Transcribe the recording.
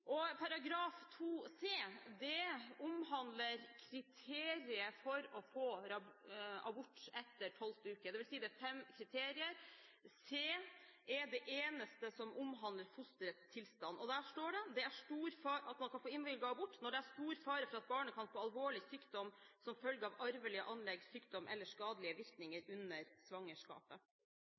c) omhandler kriteriet for å få abort etter tolvte uke. Det er fem kriterier – c er det eneste som omhandler fosterets tilstand. Der står det at man kan få innvilget abort når «det er stor fare for at barnet kan få alvorlig sykdom, som følge av arvelige anlegg, sykdom eller skadelige påvirkninger under svangerskapet».